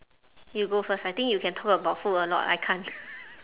you go first I think you can talk about food a lot I can't